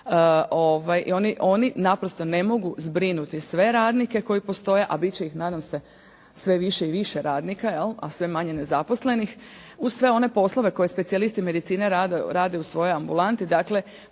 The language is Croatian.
Oni naprosto ne mogu zbrinuti sve radnike koji postoje, a bit će ih nadam se sve više i više radnika a sve manje nezaposlenih uz sve one poslove koje specijalisti medicine rade u svojoj ambulanti.